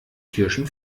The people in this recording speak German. kirschen